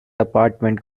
apartment